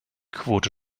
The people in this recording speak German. quote